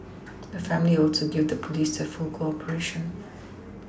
the family also gave the police their full cooperation